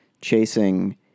chasing